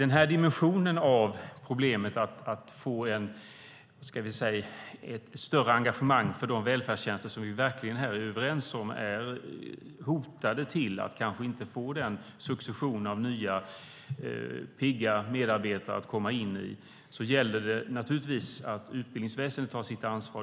Vi behöver få ett större engagemang för de välfärdstjänster som vi verkligen är överens om är hotade av att inte få en succession av nya, pigga medarbetare, och då gäller det naturligtvis att utbildningsväsendet tar sitt ansvar.